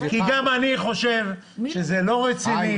כי גם אני חושב שזה לא רציני.